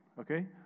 okay